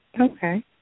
Okay